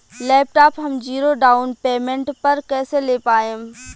Laptop हम zero down payment पर कैसे ले पाएम?